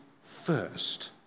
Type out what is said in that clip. first